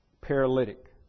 paralytic